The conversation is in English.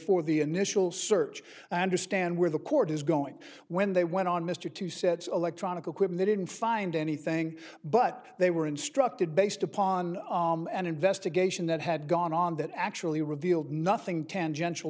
for the initial search and or stand where the court is going when they went on mr to said electronic equipment didn't find anything but they were instructed based upon an investigation that had gone on that actually revealed nothing tangential